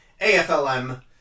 AFLM